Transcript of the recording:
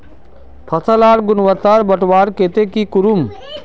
फसल लार गुणवत्ता बढ़वार केते की करूम?